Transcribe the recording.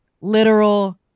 literal